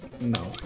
No